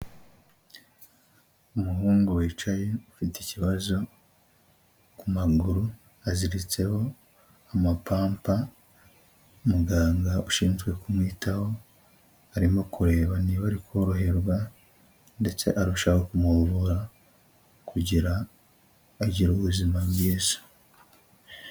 Umuhungu wicaye, ufite ikibazo ku maguru, aziritseho amapampa, muganga ushinzwe kumwitaho arimo kureba niba ari koroherwa ndetse arushaho kumuvura kugira agire ubuzima bwiza.